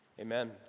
Amen